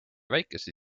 väikse